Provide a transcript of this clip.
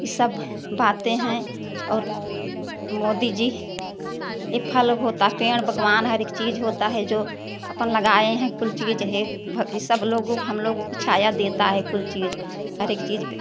ई सब बाते हैं और मोदी जी यह फल होता पेड़ बाग़बान हर एक चीज़ होता है जो अपन लगाए हैं कुल चीज हैं यह सब लोगों को हम लोगों को छाया देता है कुल चीज़ हर एक चीज पर